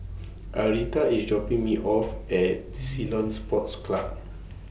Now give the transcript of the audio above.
Arietta IS dropping Me off At Ceylon Sports Club